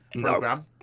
program